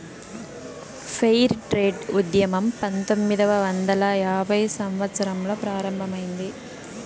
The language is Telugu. ఫెయిర్ ట్రేడ్ ఉద్యమం పంతొమ్మిదవ వందల యాభైవ సంవత్సరంలో ప్రారంభమైంది